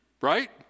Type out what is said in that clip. right